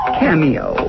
cameo